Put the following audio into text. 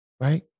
Right